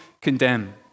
condemn